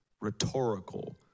rhetorical